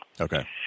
Okay